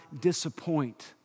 disappoint